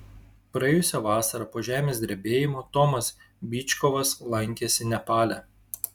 praėjusią vasarą po žemės drebėjimo tomas byčkovas lankėsi nepale